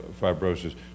fibrosis